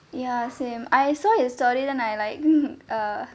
ya same I saw his story then I like err